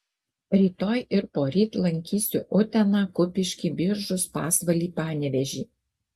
rytoj ir poryt lankysiu uteną kupiškį biržus pasvalį panevėžį